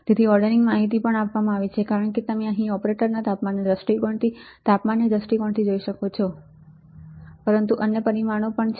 તેથી ઓર્ડરિંગની માહિતી પણ આપવામાં આવી છે કારણ કે તમે અહીં ઓપરેટરના તાપમાનના દૃષ્ટિકોણથી તાપમાનના દૃષ્ટિકોણથી જોઈ શકો છો પરંતુ અન્ય પરિમાણો પણ છે